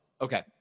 Okay